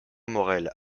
morel